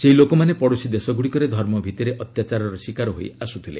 ସେହି ଲୋକମାନେ ପଡ଼ୋଶୀ ଦେଶଗୁଡ଼ିକରେ ଧର୍ମ ଭିଭିରେ ଅତ୍ୟାଚାରର ଶିକାର ହୋଇ ଆସୁଥିଲେ